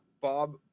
Bob